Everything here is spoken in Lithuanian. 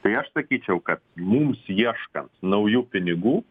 tai aš sakyčiau kad mums ieškant naujų pinigų